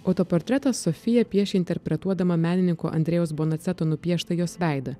autoportretą sofija piešė interpretuodama menininko andrejaus bonaceto nupieštą jos veidą